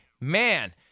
man